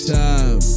time